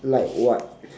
like what